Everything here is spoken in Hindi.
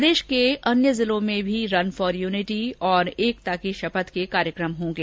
प्रदेश के अन्य जिलों में भी रन फॉर यूनिटी और एकता की शपथ के कार्यक्रम होंगे